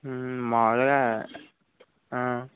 మాములుగా